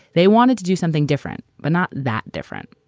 they wanted to do something different but not that different.